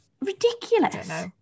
Ridiculous